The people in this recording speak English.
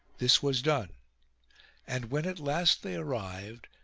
this was done and, when at last they arrived,